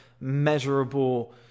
measurable